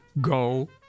Go